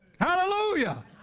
Hallelujah